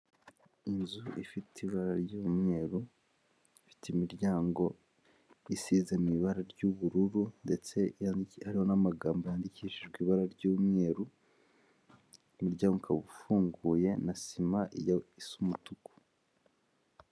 Inzu ifite ibara ry'umweru, ifite imiryango isize mu ibara ry'ubururu ndetse yanditseho n'amagambo yandikishijwe ibara ry'umweru, umuryango ukaba ufunguye na sima yo isa umutuku.